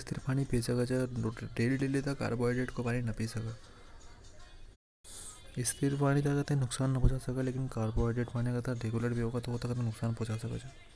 स्थिर पानी ये अपन रोज पी सका जबकि कार्बोहाइड्रेट पानी अपन रोज नि पी सका।